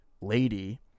lady